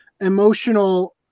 emotional